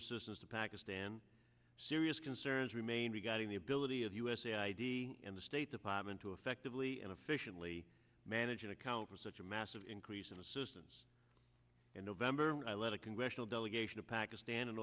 assistance to pakistan serious concerns remain regarding the ability of usa id and the state department to effectively and efficiently manage and account for such a massive increase in assistance in november and i led a congressional delegation of pakistan in